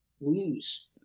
lose